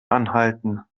anhalten